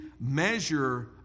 measure